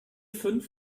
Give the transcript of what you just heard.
fünf